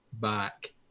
back